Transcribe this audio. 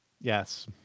Yes